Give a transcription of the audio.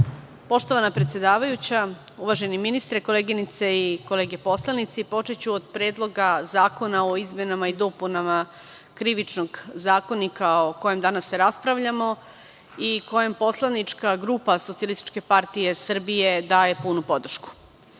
Poštovana predsedavajuća, uvaženi ministre, koleginice i kolege poslanici, počeću od Predloga zakona o izmenama i dopunama Krivičnog zakonika, o kojem danas raspravljamo i kojem poslanička grupa SPS daje punu podršku. Predlog